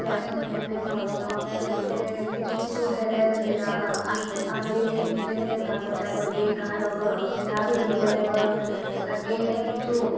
ଯାଏସୁଁନ ବ୍ୟାଙ୍କରେ ଭରସନ୍ ଫିର୍ କିଛୁ କିଛୁ ହେଲେ ସେଇଟା ଆନ୍ ଆନବେ ନିଜେ ନିଜେ ଭାଗ ବଟା କାରବେ କାହାର ଅସୁବିଧା ହେଇଗଲେ ବି ତ ସେଇଟା କେ କିଛୁ